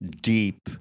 deep